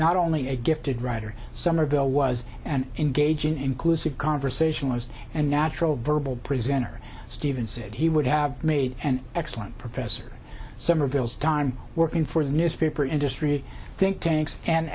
not only a gifted writer summerville was an engage in inclusive conversationalist and natural verbal presenter stephen said he would have made an excellent professor somerville's time working for the newspaper industry think tanks and